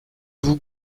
vous